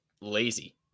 lazy